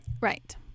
right